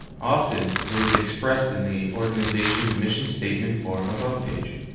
often it is expressed in the organization's mission statement or about page.